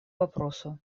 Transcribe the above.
вопросу